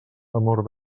amor